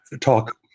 talk